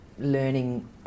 learning